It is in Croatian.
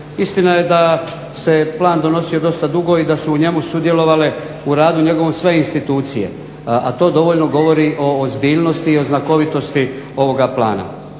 Istina je da se plan donosio dosta dugo i da su u njemu sudjelovale u radu njegovom sve institucije, a to dovoljno govori o ozbiljnosti i o znakovitosti ovoga plana.